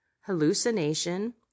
hallucination